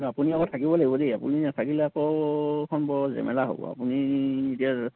নহয় আপুনি আকৌ থাকিব লাগিব দেই আপুনি নাথাকিলে আকৌ এইখন বৰ জেমেলা হ'ব আপুনি এতিয়া